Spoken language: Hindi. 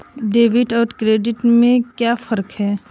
डेबिट और क्रेडिट में क्या फर्क है?